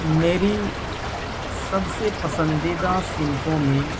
میری سب سے پسندیدہ صنفوں میں